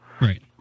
Right